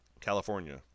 California